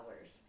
hours